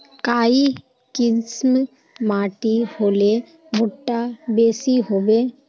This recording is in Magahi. काई किसम माटी होले भुट्टा बेसी होबे?